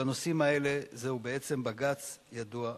בנושאים האלה זהו בעצם בג"ץ ידוע מראש.